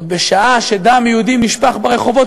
ועוד בשעה שדם יהודי נשפך ברחובות,